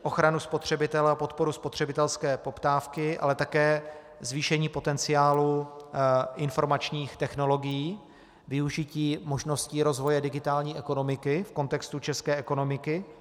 Ochranu spotřebitele a podporu spotřebitelské poptávky, ale také zvýšení potenciálu informačních technologií, využití možností rozvoje digitální ekonomiky v kontextu české ekonomiky.